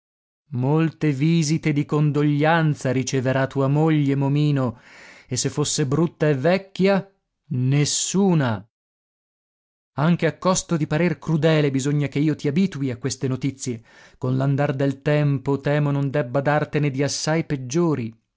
molte visite di condoglianza riceverà tua moglie momino e se fosse brutta e vecchia nessuna anche a costo di parer crudele bisogna che io ti abitui a queste notizie con l'andar del tempo temo non debba dartene di assai peggiori